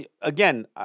again